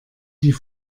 die